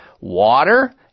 water